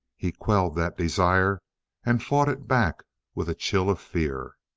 he quelled that desire and fought it back with a chill of fear.